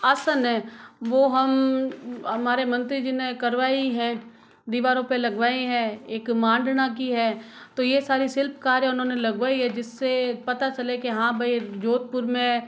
आसन है वो हम हमारे मंत्री जी ने करवाई है दीवारों पे लगवाये हैं एक मांडना की है तो ये सारे शिल्पकार उन्होंने लगवाई है जिससे पता चले कि हाँ भई जोधपुर में